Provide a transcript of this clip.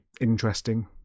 interesting